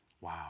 Wow